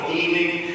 evening